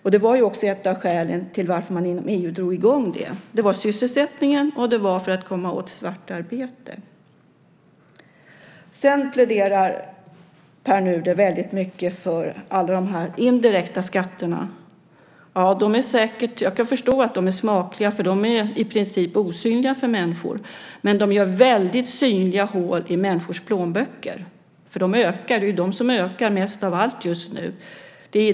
Detta var också ett av skälen till att EU drog i gång det här - sysselsättningen och att komma åt svartarbete. Pär Nuder pläderar för alla de indirekta skatterna. Jag kan förstå att de är smakliga, för de är i princip osynliga för människor. Men de gör synliga hål i människors plånböcker, för det är de indirekta skatterna som ökar mest av allt just nu.